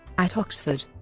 at oxford,